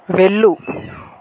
వెళ్ళు